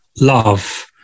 love